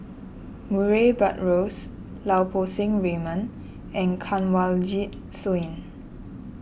Murray Buttrose Lau Poo Seng Raymond and Kanwaljit Soin